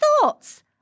thoughts